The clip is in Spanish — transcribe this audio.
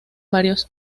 varios